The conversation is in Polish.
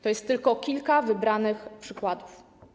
To jest tylko kilka wybranych przykładów.